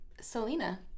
Selena